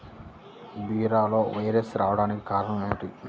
బీరలో వైరస్ రావడానికి కారణం ఏమిటి?